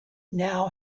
now